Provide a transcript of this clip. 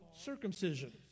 circumcision